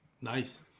Nice